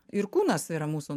ir kūnas yra mūsų